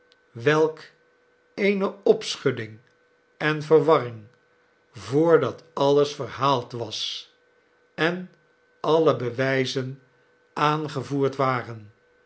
welk eene opschudding en verwarring voordat alles verhaald was en alle bewijzen aangevoerd waren